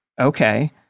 okay